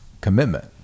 commitment